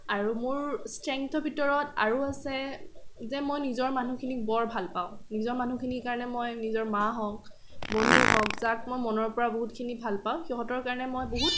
আৰু মোৰ ষ্ট্ৰেংথৰ ভিতৰত আৰু আছে যে মই নিজৰ মানুহখিনিক বৰ ভাল পাওঁ নিজৰ মানুহখিনিৰ কাৰণে মই নিজৰ মা হওক বন্ধু হওক যাক মই মনৰ পৰা বহুতখিনি ভাল পাওঁ সিহঁতৰ কাৰণে মই বহুত